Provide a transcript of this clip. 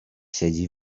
siedzi